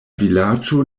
vilaĝo